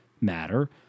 matter